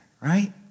right